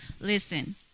Listen